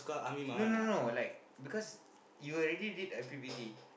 no no no like because you already did I_P_P_T